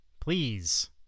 Please